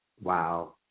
wow